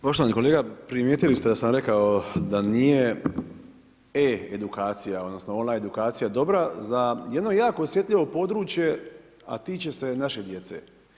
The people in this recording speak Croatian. Poštovani kolega primijetili ste da sam rekao da nije e-edukacija, odnosno on-line edukacija dobra za jedno jako osjetljivo područje a tiče se naše djece.